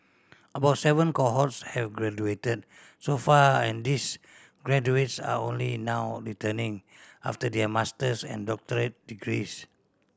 about seven cohorts have graduated so far and these graduates are only now returning after their master's and doctorate degrees